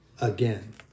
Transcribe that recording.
again